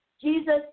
Jesus